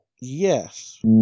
Yes